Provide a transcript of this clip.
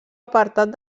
apartat